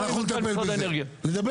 אנחנו נטפל בזה.